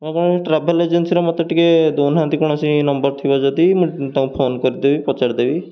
ହଁ କ'ଣ ଟ୍ରାଭେଲ୍ ଏଜେନ୍ସିର ମୋତେ ଟିକେ ଦେଉନାହାନ୍ତି କୌଣସି ନମ୍ବର ଥିବ ଯଦି ମୁଁ ତାଙ୍କୁ ଫୋନ କରିଦେବି ପଚାରିଦେବି